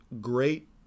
great